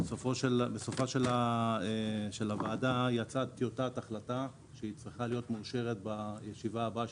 בסופה של הוועדה יצאה טיוטת החלטה שצריכה להיות מאושרת בישיבה הבאה,